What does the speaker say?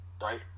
Right